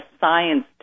science